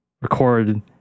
record